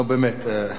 שאמה,